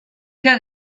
que